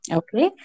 okay